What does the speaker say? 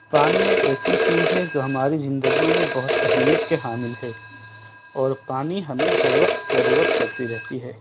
پانی ایک ایسی چیز ہے زو ہماری زندگی میں بہت اہمیت کے حامل ہے اور پانی ہمیں ہر وقت ضرورت پڑتی رہتی ہے